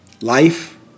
life